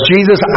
Jesus